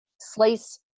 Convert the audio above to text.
slice